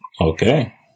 Okay